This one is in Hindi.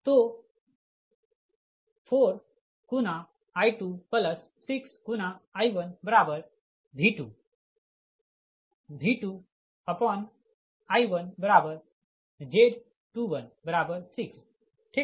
तो 4×I26×I1V2 V2I1Z216 ठीक